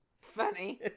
Funny